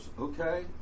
okay